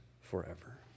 forever